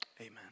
Amen